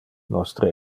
nostre